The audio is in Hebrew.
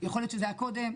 יכול להיות שזה היה קודם,